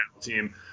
team